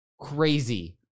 crazy